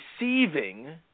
receiving